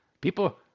People